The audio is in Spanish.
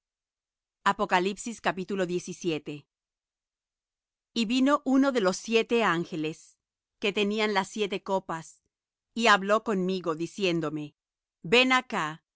muy grande y vino uno de los siete ángeles que tenían las siete copas y habló conmigo diciéndome ven acá